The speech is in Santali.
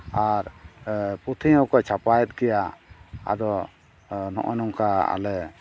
ᱟᱨ ᱯᱩᱛᱷᱤ ᱦᱚᱸᱠᱚ ᱪᱷᱟᱯᱟᱭᱮᱫ ᱜᱮᱭᱟ ᱟᱫᱚ ᱱᱚᱜᱼᱚ ᱱᱚᱝᱠᱟ ᱟᱞᱮ